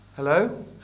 Hello